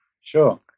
Sure